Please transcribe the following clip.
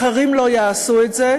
אחרים לא יעשו את זה,